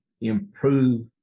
improve